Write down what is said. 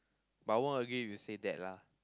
but I won't agree if you say that lah